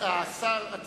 זה